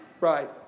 Right